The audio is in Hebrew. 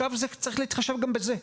צריך להתחשב גם בזה.